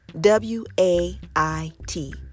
W-A-I-T